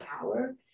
power